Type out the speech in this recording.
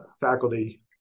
faculty